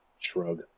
Shrug